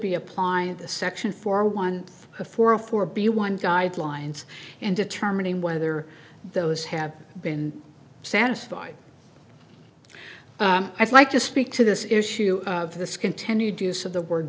be applying the section for one to four or four but you want guidelines and determining whether those have been satisfied i'd like to speak to this issue of this continued use of the word